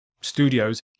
studios